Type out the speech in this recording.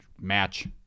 match